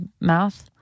mouth